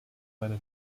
meine